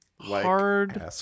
hard